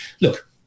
Look